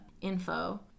info